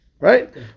Right